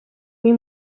мій